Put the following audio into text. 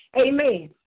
Amen